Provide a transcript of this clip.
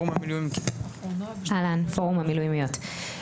או מי שנמצאת מטעם פורום המילואימיות.